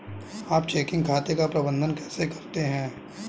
आप चेकिंग खाते का प्रबंधन कैसे करते हैं?